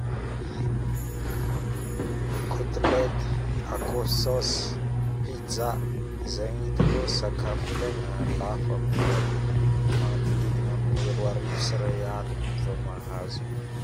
Kotoleta, akoho saosy pizza zaigny hitako sakafo taigna lafi aminay atô magnodidigny 12000AR vao mahazo